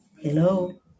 Hello